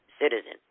citizen